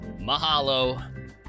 mahalo